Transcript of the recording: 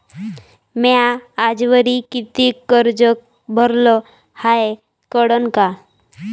म्या आजवरी कितीक कर्ज भरलं हाय कळन का?